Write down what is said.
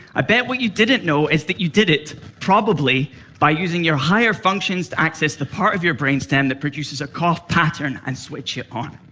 i bet what you didn't know is that you did it probably by using your higher functions to access the part of your brainstem that produces a cough pattern and switch it on.